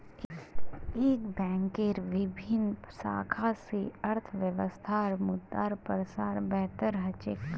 एक बैंकेर विभिन्न शाखा स अर्थव्यवस्थात मुद्रार प्रसार बेहतर ह छेक